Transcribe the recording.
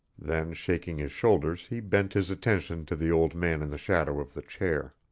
then shaking his shoulders he bent his attention to the old man in the shadow of the chair.